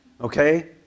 Okay